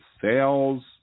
sales